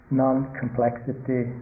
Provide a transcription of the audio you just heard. non-complexity